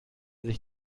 sich